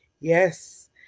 Yes